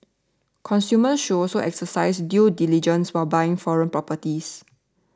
consumers should also exercise due diligence when buying foreign properties